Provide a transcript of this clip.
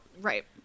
Right